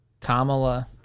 Kamala